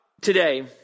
today